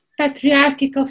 patriarchal